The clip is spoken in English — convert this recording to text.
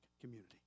community